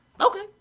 Okay